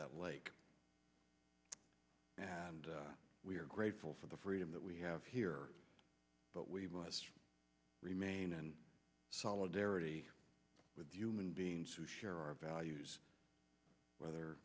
that lake and we are grateful for the freedom that we have here but we must remain in solidarity with human beings who share our values whether